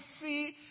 see